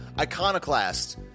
Iconoclast